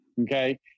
Okay